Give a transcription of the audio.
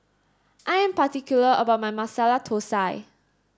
I am particular about my Masala Thosai